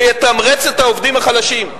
ויתמרץ את העובדים החלשים.